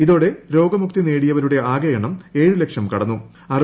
ഇതോടെ രോഗമുക്തി നേടിയവരുടെ ആകെ എണ്ണം ഏഴു ലക്ഷം കടന്നു